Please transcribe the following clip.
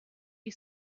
you